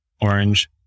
orange